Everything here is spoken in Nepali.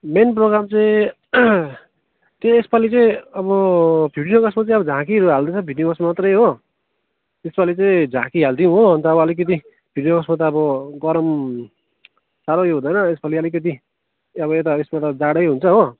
मेन प्रोगाम चाहिँ त्यो यसपालि चाहिँ अब फिफ्टन अगस्त मात्रै अब झाँकीहरू हालिदिनुहोस् फिफ्टिन अगस्त मात्रै हो यसपालि चाहिँ झाँकी हालिदिऊँ हो अन्त अब अलिकति फिफ्टन अगस्तको त अब गरम साह्रो यो हुँदैन यसपालि अलिकति अब यता उइसमा त जाडै हुन्छ हो